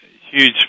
huge